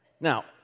Now